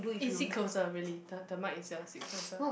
eh sit closer really the the mic is here stay closer